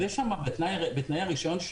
בתנאי הרישיון יש